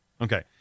Okay